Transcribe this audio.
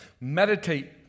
Meditate